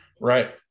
right